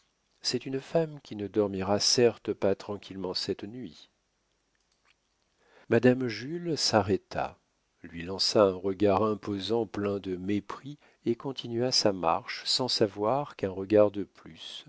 c'est une femme qui ne dormira certes pas tranquillement cette nuit madame jules s'arrêta lui lança un regard imposant plein de mépris et continua sa marche sans savoir qu'un regard de plus